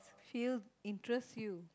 field interest you